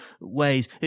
ways